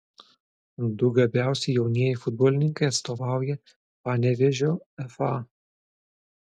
du gabiausi jaunieji futbolininkai atstovauja panevėžio fa